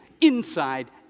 inside